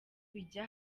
bijya